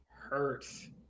Hurts